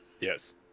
yes